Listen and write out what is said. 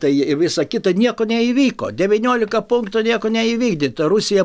tai visa kita nieko neįvyko devyniolika punktų nieko neįvykdyta rusija